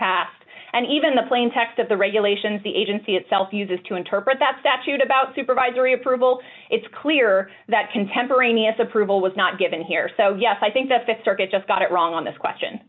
passed and even the plain text of the regulations the agency itself uses to interpret that statute about supervisory approval it's clear that contemporaneous approval was not given here so yes i think the th circuit just got it wrong on this question